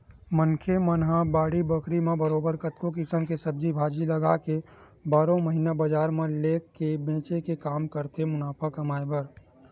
मनखे मन ह बाड़ी बखरी म बरोबर कतको किसम के सब्जी भाजी लगाके बारहो महिना बजार म लेग के बेंचे के काम करथे मुनाफा कमाए बर